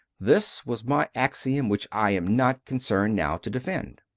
this was my axiom which i am not concerned now to defend.